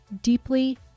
deeply